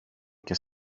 και